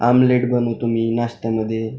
omelette बनवतो मी नाश्त्यामध्ये